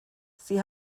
sie